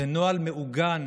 זה נוהל מעוגן